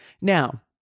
Now